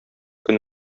көн